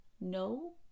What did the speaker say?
no